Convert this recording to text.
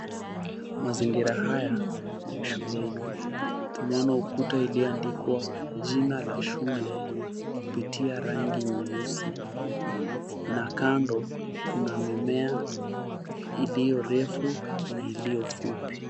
Mazingira haya ni ya shuleni tunaona ukuta iliyoandikwa jina la shule kupitia rangi nyeusi na kando kuna mimea iliyorefu na iliyofupi.